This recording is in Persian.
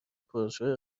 پرشور